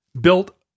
built